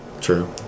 True